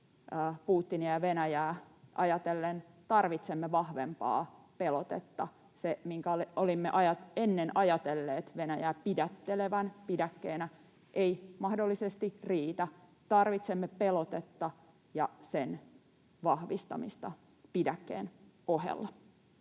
Putinia ja Venäjää ajatellen tarvitsemme vahvempaa pelotetta. Se, minkä olimme ennen ajatelleet Venäjää pidättelevän, olevan pidäkkeenä, ei mahdollisesti riitä. Tarvitsemme pelotetta ja sen vahvistamista pidäkkeen ohella.